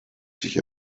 sich